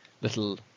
little